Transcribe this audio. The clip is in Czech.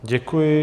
Děkuji.